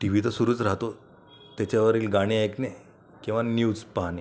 T V तर सुरूच राहतो त्याच्यावरील गाणी ऐकणे किंवा न्यूज पाहणे